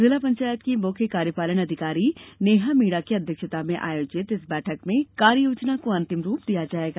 जिला पंचायत की मुख्य कार्यपालन अधिकारी नेहा मीणा की अध्यक्षता में आयोजित इस बैठक में कार्ययोजना को अंतिम रूप दिया जाएगा